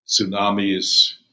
tsunamis